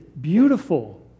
beautiful